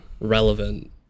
relevant